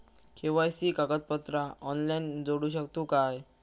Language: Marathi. के.वाय.सी कागदपत्रा ऑनलाइन जोडू शकतू का?